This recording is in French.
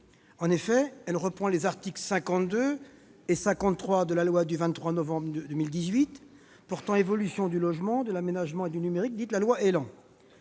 En effet, elle reprend les articles 52 et 53 de la loi du 23 novembre 2018 portant évolution du logement, de l'aménagement et du numérique, dite loi ÉLAN.